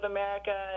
America